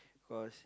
cause